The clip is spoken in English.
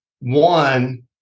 one